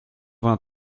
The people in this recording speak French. vingt